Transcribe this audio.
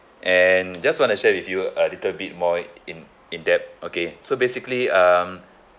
and just want to share with you a little bit more in in depth okay so basically um